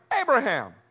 Abraham